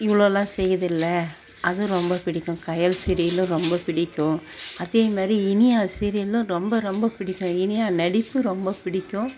இவ்வளோலாம் செய்யுதுல்ல அது ரொம்ப பிடிக்கும் கயல் சீரியலும் ரொம்ப பிடிக்கும் அதே மாதிரி இனியா சீரியலும் ரொம்ப ரொம்ப பிடிக்கும் இனியா நடிப்பு ரொம்ப பிடிக்கும்